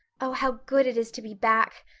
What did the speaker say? oh, how good it is to be back!